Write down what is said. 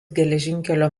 geležinkelio